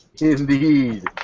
Indeed